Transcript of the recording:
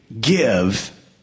give